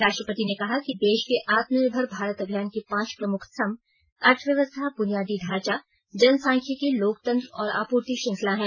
राष्ट्रपति ने कहा कि देश के आत्मनिर्भर भारत अभियान के पांच प्रमुख स्तंभ अर्थव्यवस्था बुनियादी ढांचा जनसांख्यिकी लोकतंत्र और आपूर्ति श्रंखला हैं